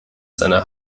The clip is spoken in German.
seine